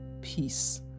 peace